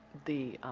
the